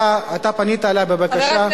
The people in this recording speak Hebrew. אתה פנית אלי בבקשה,